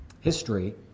history